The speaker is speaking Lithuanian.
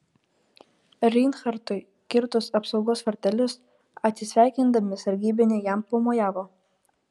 reinhartui kirtus apsaugos vartelius atsisveikindami sargybiniai jam pamojavo